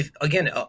again